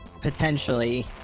potentially